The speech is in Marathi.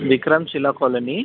विक्रमशिला कॉलनी